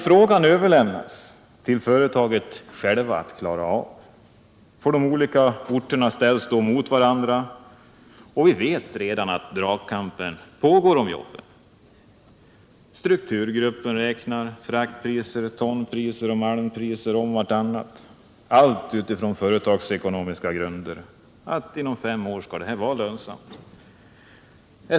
Frågan överlämnas till företaget självt att klara av. De olika orterna ställs mot varandra. Vi vet redan att dragkampen om jobben pågår. Strukturgruppen räknar fraktpriser, tonpriser och malmpriser om vartannat — allt från företagsekonomiska grunder, för om fem år skall företaget vara lönsamt.